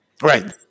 Right